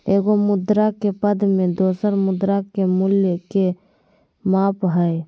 एगो मुद्रा के पद में दोसर मुद्रा के मूल्य के माप हइ